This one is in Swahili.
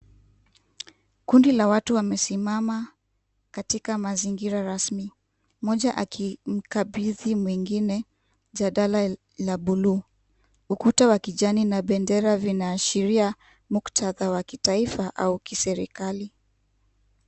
Kundi la watu wamesimama katika mazingira rasmi, mmoja akimkabidhi mwingine jalada la bluu. Ukuta wa kijani na bendera vinaashiria muktadha wa kitaifa au kiserikali.